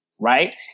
Right